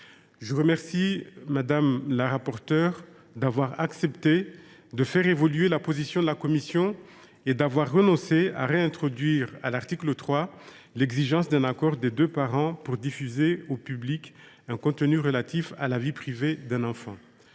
Je remercie Mme la rapporteure d’avoir accepté de faire évoluer la position de la commission en renonçant à réintroduire, à l’article 3, l’exigence d’un accord des deux parents pour diffuser au public un contenu relatif à la vie privée d’un enfant.